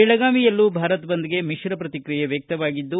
ಬೆಳಗಾವಿಯಲ್ಲೂ ಭಾರತ್ ಬಂದ್ಗೆ ಮಿತ್ರ ಪ್ರತಿಕ್ರಿಯೆ ವ್ಯಕ್ತವಾಗಿದ್ದು